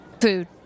food